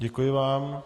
Děkuji vám.